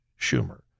Schumer